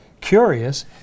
curious